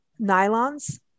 nylons